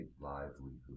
livelihood